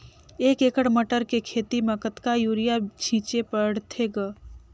एक एकड़ मटर के खेती म कतका युरिया छीचे पढ़थे ग?